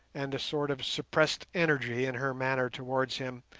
and a sort of suppressed energy in her manner towards him,